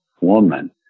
woman